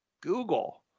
Google